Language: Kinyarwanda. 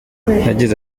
yagize